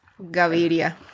Gaviria